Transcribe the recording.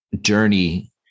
journey